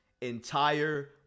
entire